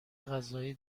غذایی